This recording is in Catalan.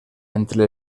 entre